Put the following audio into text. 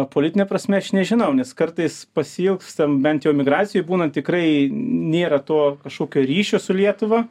politine prasme aš nežinau nes kartais pasiilgstam bent jau emigracijoj būnant tikrai nėra to kažkokio ryšio su lietuva